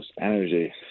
energy